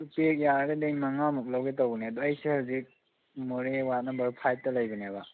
ꯑꯗꯨ ꯄꯦꯛ ꯌꯥꯔꯒꯗꯤ ꯑꯩ ꯃꯉꯥꯃꯨꯛ ꯂꯧꯒꯦ ꯇꯧꯕꯅꯦ ꯑꯗꯣ ꯑꯩꯁꯦ ꯍꯧꯖꯤꯛ ꯃꯣꯔꯦ ꯋꯥꯔꯠ ꯅꯝꯕꯔ ꯐꯥꯏꯚꯇ ꯂꯩꯕꯅꯦꯕ